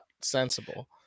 sensible